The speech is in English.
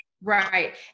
right